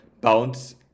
bounce